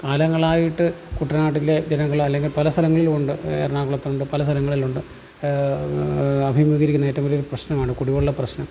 കാലങ്ങളായിട്ട് കുട്ടനാട്ടിലെ ജനങ്ങൾ അല്ലെങ്കിൽ പല സ്ഥലങ്ങളിലുണ്ട് എറണാകുളത്തുണ്ട് പല സ്ഥലങ്ങളിലുണ്ട് അഭിമുഖീകരിക്കുന്ന ഏറ്റവും വലിയ ഒരു പ്രശ്നമാണ് കുടിവെള്ള പ്രശ്നം